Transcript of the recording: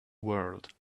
world